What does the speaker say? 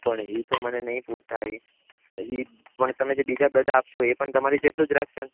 પણ એ તો મને નહીં પોસાય એ પણ તમે જે બીજા બધા આપશો એ પણ તમારી જેટલું જ રાખશે